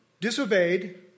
disobeyed